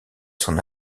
son